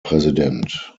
präsident